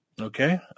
Okay